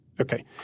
Okay